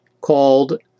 called